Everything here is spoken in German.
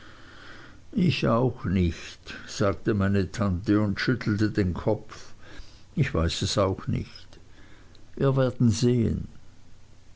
ich auch nicht sagte meine tante und schüttelte den kopf ich weiß es auch nicht wir werden sehen